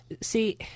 see